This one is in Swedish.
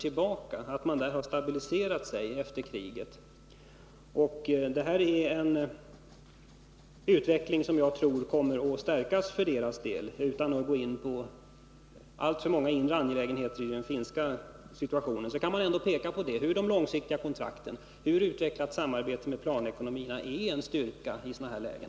Den finska ekonomin har äntligen stabiliserat sig efter kriget, och det här är en utveckling som kommer att förstärkas för Finlands del. Utan att gå in på alltför många inre angelägenheter i den finska situationen kan jag ändå peka på hur de långsiktiga kontrakten och det utvecklade samarbetet med planekonomierna är en styrka i sådana här lägen.